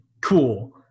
cool